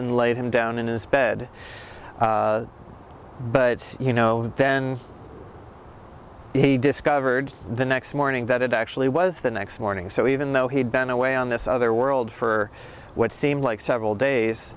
and laid him down in his bed but you know then he discovered the next morning that it actually was the next morning so even though he'd been away on this other world for what seemed like several days